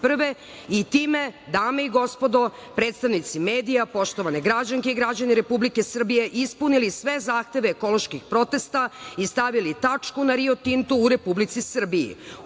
i time, dame i gospodo, predstavnici medija, poštovane građanke i građani Republike Srbije, ispunili sve zahteve ekoloških protesta i stavili tačku na „Rio Tinto“ u Republici Srbiji.